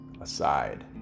aside